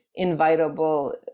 invitable